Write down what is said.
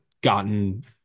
gotten